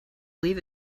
leave